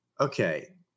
okay